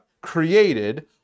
created